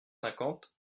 cinquante